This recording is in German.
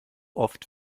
oft